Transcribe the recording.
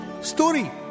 story